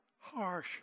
harsh